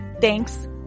Thanks